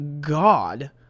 God